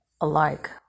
alike